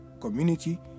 community